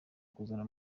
kuzana